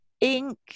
ink